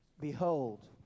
Behold